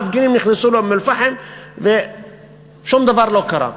המפגינים נכנסו לאום-אלפחם ושום דבר לא קרה.